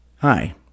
Hi